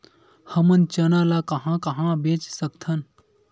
हमन चना ल कहां कहा बेच सकथन?